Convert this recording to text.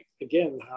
again